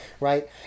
right